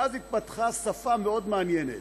ואז התפתחה שפה מאוד מעניינת,